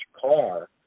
car